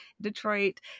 Detroit